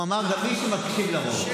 הוא אמר גם מי שמקשיב לרוב,